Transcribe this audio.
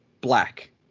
black